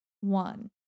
one